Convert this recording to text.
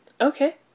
Okay